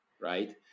right